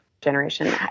generation